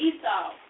Esau